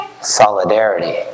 Solidarity